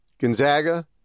Gonzaga